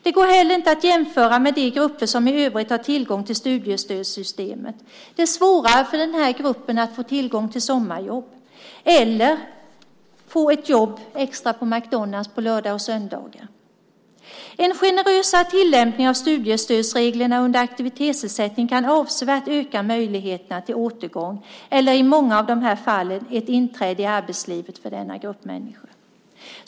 De kan heller inte jämföras med de grupper som i övrigt har tillgång till studiestödssystemet. Det är för den här gruppen svårare att få sommarjobb eller extrajobb på McDonalds på lördagar och söndagar. En generösare tillämpning av studiestödsreglerna under aktivitetsersättning kan öka möjligheterna till återgång avsevärt. I många fall innebär det ett inträde i arbetslivet för denna grupp människor.